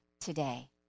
today